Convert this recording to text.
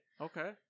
Okay